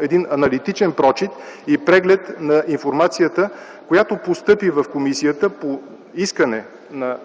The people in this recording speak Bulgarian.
един аналитичен прочит и преглед на информацията, която постъпи по искане на комисията